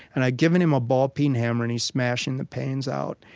and i'd given him a ball-peen hammer, and he's smashing the panes out.